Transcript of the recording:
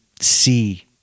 see